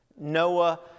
Noah